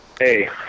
Hey